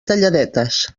talladetes